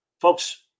Folks